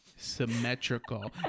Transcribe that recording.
Symmetrical